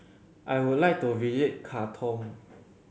I would like to visit Khartoum